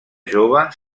jove